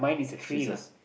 scissors